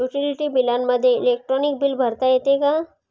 Utility बिलामध्ये electronic bill भरता येते का?